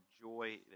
joy